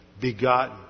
begotten